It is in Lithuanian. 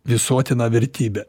visuotiną vertybę